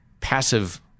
Passive